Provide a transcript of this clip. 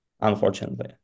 unfortunately